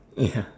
ya